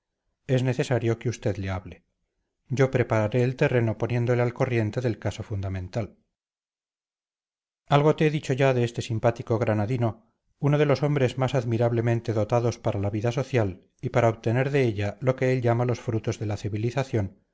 es necesario que usted le hable yo prepararé el terreno poniéndole al corriente del caso fundamental algo te he dicho ya de este simpático granadino uno de los hombres más admirablemente dotados para la vida social y para obtener de ella lo que él llama los frutos de la civilización